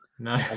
No